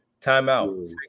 timeout